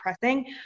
pressing